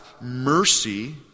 mercy